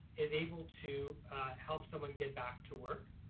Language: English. is able to help someone get back to work